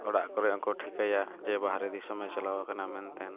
ᱚᱲᱟᱜ ᱠᱚᱨᱮ ᱦᱚᱸᱠᱚ ᱴᱷᱤᱠᱟᱹᱭᱟ ᱡᱮ ᱵᱟᱦᱨᱮ ᱫᱤᱥᱚᱢᱮ ᱪᱟᱞᱟᱣ ᱟᱠᱟᱱᱟ ᱢᱮᱱᱛᱮ